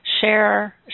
share